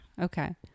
Okay